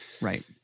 Right